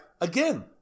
again